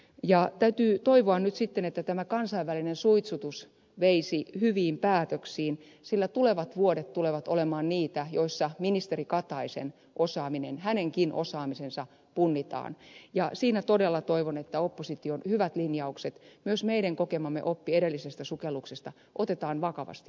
ja täytyy toivoa nyt sitten että tämä kansainvälinen suitsutus veisi hyviin päätöksiin sillä tulevat vuodet tulevat olemaan niitä joiden aikana ministeri kataisen osaaminen hänenkin osaamisensa punnitaan ja todella toivon että opposition hyvät linjaukset myös meidän kokemamme oppi edellisestä sukelluksesta otetaan vakavasti huomioon